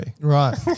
Right